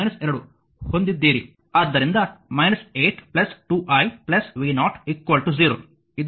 ಆದ್ದರಿಂದ 8 2 i v0 0 ಇದು ಸಮೀಕರಣ 1